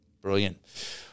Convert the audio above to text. Brilliant